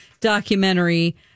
documentary